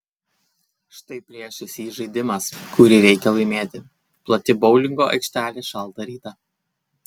štai priešais jį žaidimas kurį reikia laimėti plati boulingo aikštelė šaltą rytą